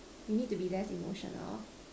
you need to be less emotional